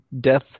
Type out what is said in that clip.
death